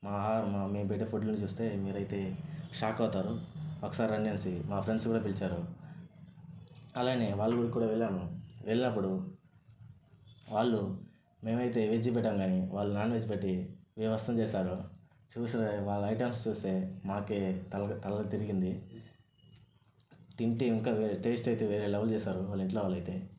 మా ఆహారం మేము పెట్టే ఫుడ్లని చూస్తే మీరైతే షాక్ అవుతారు ఒకసారి రండి అనేసి మా ఫ్రెండ్స్ని కూడా పిలిచారు అలానే వాళ్ల ఊర్లకు కూడా వెళ్లాను వెళ్ళినప్పుడు వాళ్లు మేమైతే వెజ్ పెట్టేము కానీ వాళ్లు నాన్ వెజ్ పెట్టి బీభత్సం చేశారు చూసే వాళ్ళ ఐటమ్స్ చూస్తే మాకే తల తల తిరిగింది తింటే ఇంకా టేస్ట్ అయితే వేరే లెవెల్ చేశారు వాళ్ళ ఇంట్లో వాళ్ళు అయితే